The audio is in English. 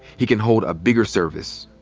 he can hold a bigger service.